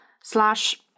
slash